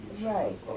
right